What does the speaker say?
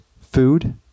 food